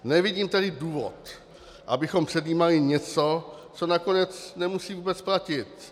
Nevidím tedy důvod, abychom předjímali něco, co nakonec nemusí vůbec platit.